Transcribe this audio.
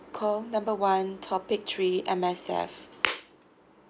call number one topic three M_S_F